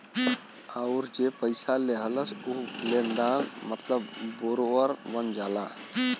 अउर जे पइसा लेहलस ऊ लेनदार मतलब बोरोअर बन जाला